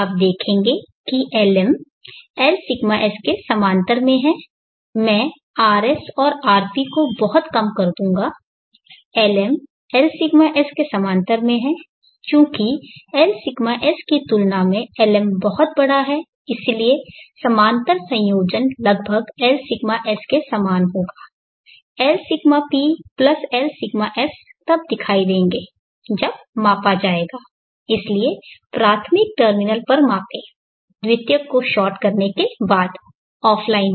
आप देखेंगे कि Lm Lσs के समानांतर में है मैं rs और rp को बहुत कम कर दूंगा Lm Lσs के समानांतर में है चूंकि Lσs की तुलना में Lm बहुत बड़ा है इसलिए समानांतर संयोजन लगभग Lσs के समान होगा Lσp प्लस Lσs तब दिखाई देंगे जब मापा जाएगा इसलिए प्राथमिक टर्मिनल पर मापें द्वितीयक को शॉर्ट करने के बाद ऑफ़लाइन में